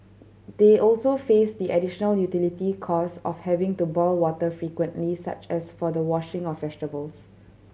they also faced the additional utility cost of having to boil water frequently such as for the washing of vegetables